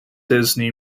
disney